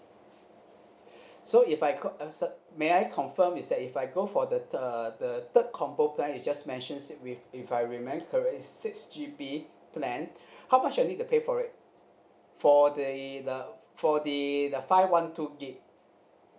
so if I got uh so may I confirm is that if I go for the th~ uh the third combo plan you just mentioned with if I remember correct is six G_B plan how much I need to pay for it for the the for the the five one two gig